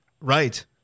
Right